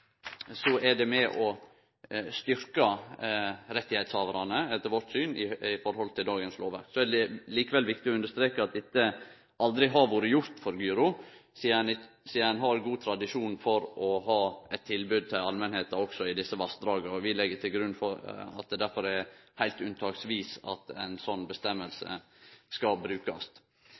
er det etter vårt syn med på å styrkje rettshavarane, samanlikna med dagens lovverk. Det er likevel viktig å understreke at dette aldri har vore gjort for gyro, sidan ein har god tradisjon for å ha eit tilbod til allmenta også i desse vassdraga. Vi legg derfor til grunn at det er heilt unntaksvis ei slik føresegn skal brukast.